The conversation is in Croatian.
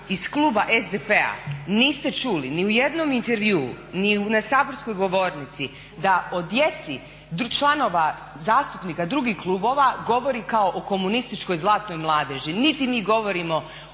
iz kluba SDP-a niste čuli ni u jednom intervjuu, ni na saborskoj govornici da o djeci članova zastupnika drugih kluba govori kao o komunističkoj zlatnoj mladeži, niti mi govorimo